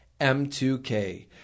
M2K